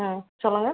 ம் சொல்லுங்கள்